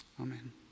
Amen